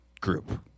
group